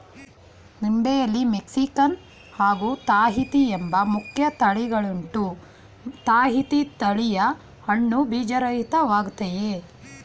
ನಿಂಬೆಯಲ್ಲಿ Mexican ಹಾಗೂ Tahiti ಎಂಬ ಮುಖ್ಯ ತಳಿಗಳುಂಟು ತಾಹಿತಿ ತಳಿಯ ಹಣ್ಣು ಬೀಜರಹಿತ ವಾಗಯ್ತೆ